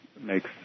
makes